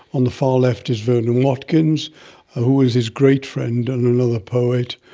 on the far left is vernon watkins who was his great friend and another poet.